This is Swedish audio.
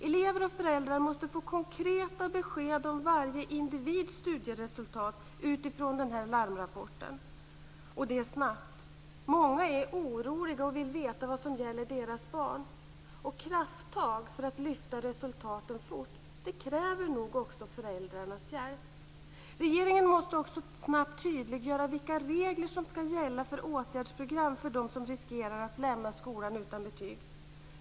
Elever och föräldrar måste få konkreta besked om varje individs studieresultat utifrån den här larmrapporten, och det snabbt. Många är oroliga och vill veta vad som gäller deras barn. Krafttag för att lyfta resultaten fort kräver nog också föräldrarnas hjälp. Regeringen måste också snabbt tydliggöra vilka regler som ska gälla för åtgärdsprogram för dem som riskerar att lämna skolan utan betyg.